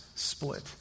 split